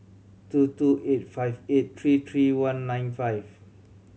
two two eight five eight three three one nine five